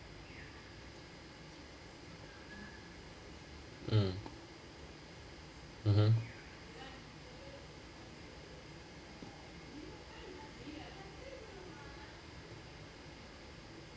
mm mmhmm